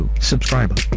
Subscribe